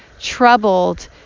troubled